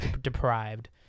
deprived